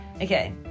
Okay